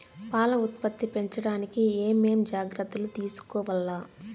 పాల ఉత్పత్తి పెంచడానికి ఏమేం జాగ్రత్తలు తీసుకోవల్ల?